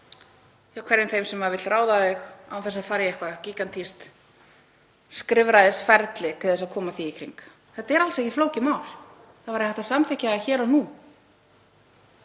hverjum þeim sem vill ráða það án þess að fara í eitthvert gígantískt skrifræðisferli til að koma því í kring. Þetta er alls ekki flókið mál, það væri hægt að samþykkja hér og nú